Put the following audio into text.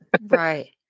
right